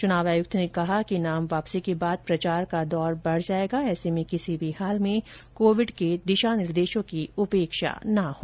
चुनाव आयुक्त ने कहा कि नाम वापसी के बाद प्रचार का दौर बढ़ जाएगा ऐसे में किसी भी हाल में कोविड के दिशा निर्देशों की उपेक्षा ना हो